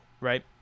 right